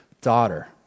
daughter